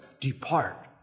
depart